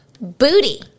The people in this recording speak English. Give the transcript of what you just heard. Booty